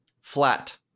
Flat